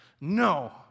no